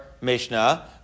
Mishnah